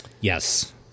Yes